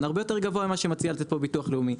הרבה יותר גבוה ממה שמציע לתת פה ביטוח לאומי,